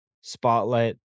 spotlight